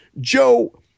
Joe